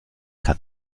kann